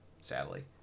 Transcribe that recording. sadly